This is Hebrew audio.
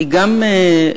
היא גם חינוכית,